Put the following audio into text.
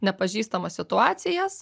nepažįstamas situacijas